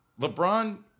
LeBron